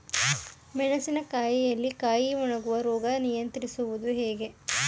ಮೆಣಸಿನ ಕಾಯಿಯಲ್ಲಿ ಕಾಯಿ ಒಣಗುವ ರೋಗ ನಿಯಂತ್ರಿಸುವುದು ಹೇಗೆ?